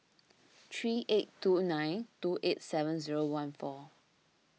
three eight two nine two eight seven zero one four